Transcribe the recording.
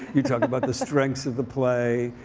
you talk about the strengths of the play.